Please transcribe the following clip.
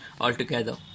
altogether